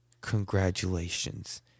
congratulations